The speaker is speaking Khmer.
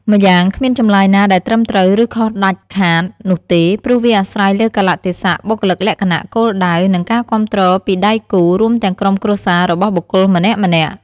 ម្យ៉ាងគ្មានចម្លើយណាដែលត្រឹមត្រូវ ឬខុសដាច់ខាត់នោះទេ ព្រោះវាអាស្រ័យលើកាលៈទេសៈ បុគ្គលិកលក្ខណៈ គោលដៅ និងការគាំទ្រពីដៃគូ រួមទាំងក្រុមគ្រួសាររបស់បុគ្គលម្នាក់ៗ។